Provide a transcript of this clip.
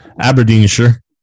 Aberdeenshire